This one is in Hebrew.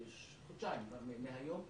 חודשיים מהיום,